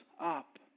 up